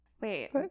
Wait